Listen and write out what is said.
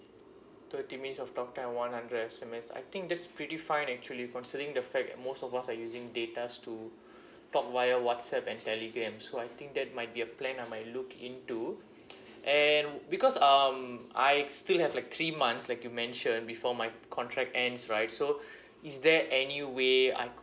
thirty minutes of talk time and one hundred S_M_S I think that's pretty fine actually considering the fact that most of us are using data to talk via whatsapp and telegram so I think that might be a plan I might look into and because um I still have like three months like you mentioned before my contract ends right so is there any way I could